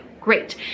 great